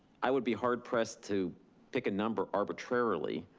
i would be hard pressed to pick a number arbitrarily